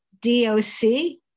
D-O-C